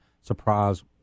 surprise